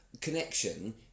connection